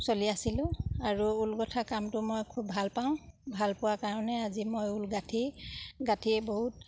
চলি আছিলোঁ আৰু ঊল গোঠা কামটো মই খুব ভাল পাওঁ ভাল পোৱাৰ কাৰণে আজি মই ঊল গাঁঠি গাঁঠি বহুত